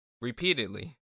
repeatedly